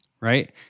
Right